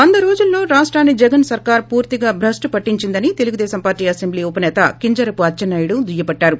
వంద రోజుల్లో రాష్టాన్ని జగన్ సర్కార్ పూర్తిగా బ్రష్ణు పట్షించిందని తెలుగుదేశం పార్షీ అసెంబ్లీ ఉపసేత కోంజరాపు అచ్చెన్నా యుడు దుయ్యబట్టారు